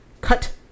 cut